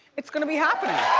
it's gonna be happening.